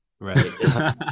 Right